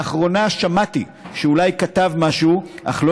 לאחרונה שמעתי שאולי כתב משהו אך לא